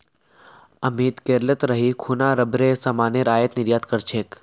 अमित केरलत रही खूना रबरेर सामानेर आयात निर्यात कर छेक